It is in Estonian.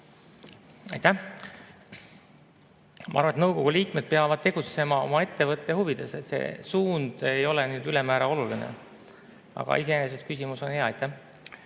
Ma arvan, et nõukogu liikmed peavad tegutsema oma ettevõtte huvides. See suund ei ole ülemäära oluline. Aga iseenesest küsimus on hea.